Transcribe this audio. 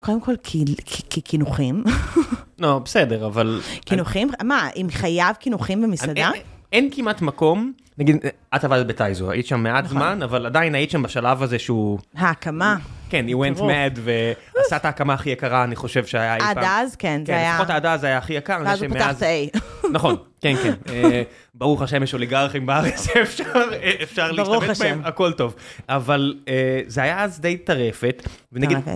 קודם כול, קינוחים. לא, בסדר אבל... קינוחים? מה, אם חייב קינוחים במסעדה? אין כמעט מקום, נגיד, את עבדת בטייזור, היית שם מעט זמן, אבל עדיין היית שם בשלב הזה שהוא... ההקמה. כן, היא הולכת לב, ועשה את ההקמה הכי יקרה, אני חושב שהיה איתה. עד אז, כן, זה היה... לפחות עד אז היה הכי יקר, אני חושב, מאז... נכון, כן, כן. ברוך השמש, אוליגרחים בארץ, אפשר להשתמש בהם, הכול טוב. אבל זה היה אז די תרפת, ונגיד...